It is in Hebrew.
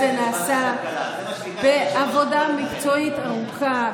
והקול הקורא הזה נעשו בעבודה מקצועית ארוכה,